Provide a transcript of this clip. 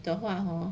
的话 hor